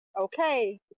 okay